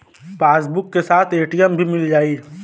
Passbook के साथ ATM भी मील जाई?